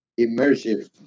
Immersive